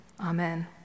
Amen